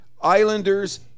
Islanders